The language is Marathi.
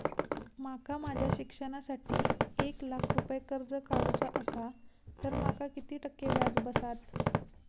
माका माझ्या शिक्षणासाठी एक लाख रुपये कर्ज काढू चा असा तर माका किती टक्के व्याज बसात?